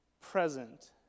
present